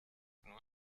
nur